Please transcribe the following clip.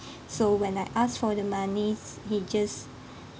so when I asked for the monies he just